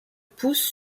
poussent